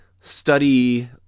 study